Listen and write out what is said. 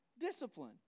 discipline